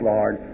Lord